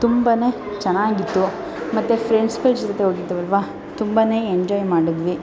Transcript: ತುಂಬ ಚೆನ್ನಾಗಿತ್ತು ಮತ್ತು ಫ್ರೆಂಡ್ಸ್ಗಳ ಜೊತೆ ಹೋಗಿದ್ವಲ್ವಾ ತುಂಬ ಎಂಜಾಯ್ ಮಾಡಿದ್ವಿ